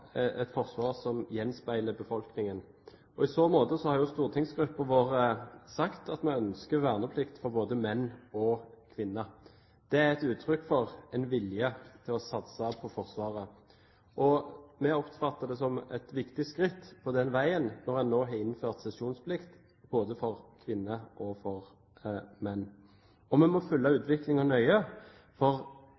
et forsvar som gjenspeiler befolkningen. I så måte har stortingsgruppen vår sagt at vi ønsker verneplikt for både menn og kvinner. Det er et uttrykk for en vilje til å satse på Forsvaret. Vi oppfatter det som et viktig skritt på den veien når vi nå har innført sesjonsplikt både for kvinner og for menn. Vi må følge